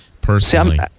personally